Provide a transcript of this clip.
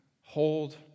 hold